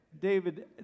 David